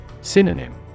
Synonym